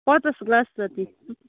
पचास ग्लास जति